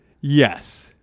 yes